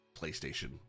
PlayStation